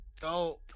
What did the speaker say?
dope